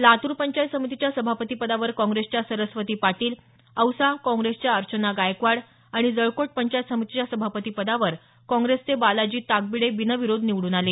लातूर पंचायत समितीच्या सभापती पदावर काँग्रेसच्या सरस्वती पाटील औसा काँग्रेसच्या अर्चना गायकवाड आणि जळकोट पंचायत समितीच्या सभापती पदावर काँग्रेसचे बालाजी ताकबीडे बिनविरोध निवडून आले